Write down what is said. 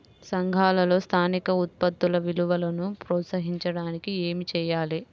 సంఘాలలో స్థానిక ఉత్పత్తుల విలువను ప్రోత్సహించడానికి ఏమి చేయాలి?